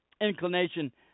inclination